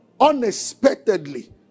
unexpectedly